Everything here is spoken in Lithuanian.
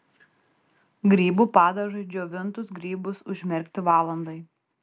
grybų padažui džiovintus grybus užmerkti valandai